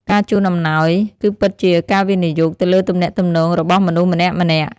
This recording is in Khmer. ការជូនអំណោយ គឺពិតជាការវិនិយោគទៅលើទំនាក់ទំនងរបស់មនុស្សម្នាក់ៗ។